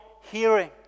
hearing